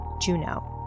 Juno